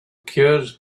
cures